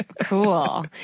cool